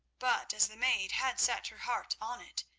but as the maid had set her heart on it,